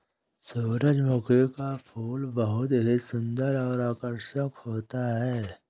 सुरजमुखी का फूल बहुत ही सुन्दर और आकर्षक होता है